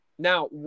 Now